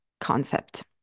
concept